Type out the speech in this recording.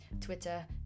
Twitter